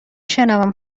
شنوم